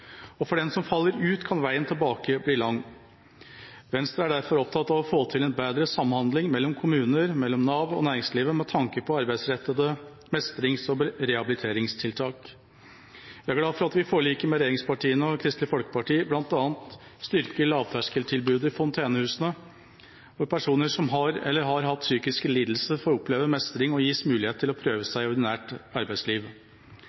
Og for den som faller ut, kan veien tilbake bli lang. Venstre er derfor opptatt av å få til en bedre samhandling mellom kommuner og mellom Nav og næringslivet med tanke på arbeidsrettede mestrings- og rehabiliteringstiltak. Jeg er glad for at vi i forliket med regjeringspartiene og Kristelig Folkeparti bl.a. styrker lavterskeltilbudet ved fontenehusene for personer som har eller har hatt psykiske lidelser, slik at de kan oppleve mestring og gis mulighet til å prøve